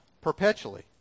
perpetually